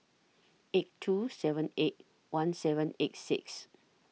eight two seven eight one seven eight six